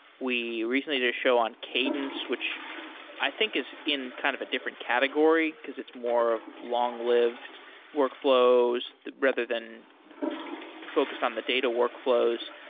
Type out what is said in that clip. we recently did a show on cadence, which i think is in kind of a different category, because it's more long-lived workflows rather than focused on the data workflows.